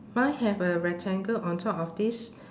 mine have a rectangle on top of this